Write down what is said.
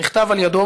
שנכתב על-ידיו.